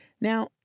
Now